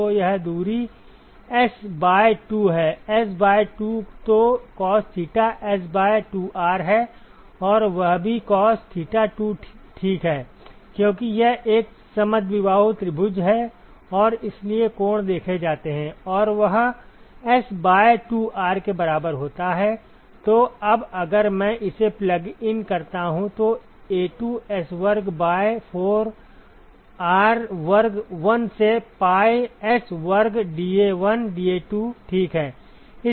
तो यह दूरी S बाय 2 है S बाय 2 तो cos θ S बाय 2R है और वह भी cos θ 2 ठीक है क्योंकि यह एक समद्विबाहु त्रिभुज है और इसलिए कोण देखे जाते हैं और वह S बाय 2R के बराबर होता है तो अब अगर मैं इसे प्लग इन करता हूं तो A2 S वर्ग बाय 4R वर्ग 1 से pi S वर्ग dA1 dA2 ठीक है